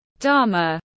Dharma